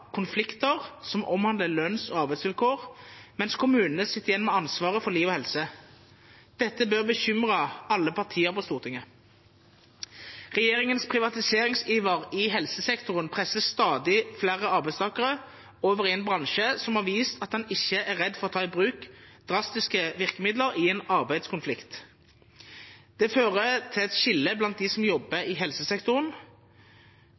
konflikter som omhandler lønns- og arbeidsvilkår, mens kommunene sitter igjen med ansvaret for liv og helse. Dette bør bekymre alle partier på Stortinget. Regjeringens privatiseringsiver i helsesektoren presser stadig flere arbeidstakere over i en bransje som har vist at den ikke er redd for å ta i bruk drastiske virkemidler i en arbeidskonflikt. Det fører til et skille blant dem som